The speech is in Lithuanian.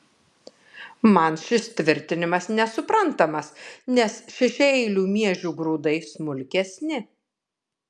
man šis tvirtinimas nesuprantamas nes šešiaeilių miežių grūdai smulkesni